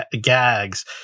gags